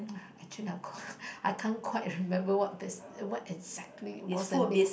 uh actually I quite I can't quite remember what bus~ what exactly was the name